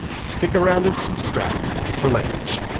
stick around and subscribe for language!